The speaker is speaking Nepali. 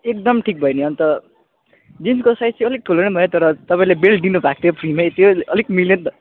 एकदम ठिक भयो नि अन्त जिन्सको साइज चाहिँ अलिक ठुलै भयो तर तपाईँले बेल्ट दिनुभएको थियो फ्रीमै त्यो अलिक मिल्यो नि त